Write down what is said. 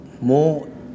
more